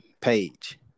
page